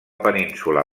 península